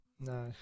No